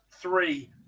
three